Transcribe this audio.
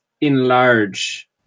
Enlarge